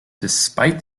despite